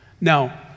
Now